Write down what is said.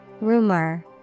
Rumor